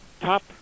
top